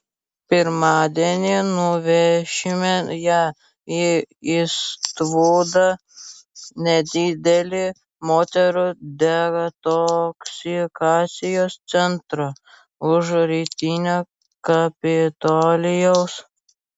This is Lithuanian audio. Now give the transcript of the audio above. pirmadienį nuvešime ją į istvudą nedidelį moterų detoksikacijos centrą už rytinio kapitolijaus